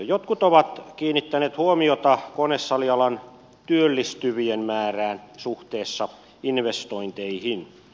jotkut ovat kiinnittäneet huomiota konesalialan työllistyvien määrään suhteessa investointeihin